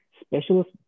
specialist